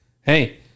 hey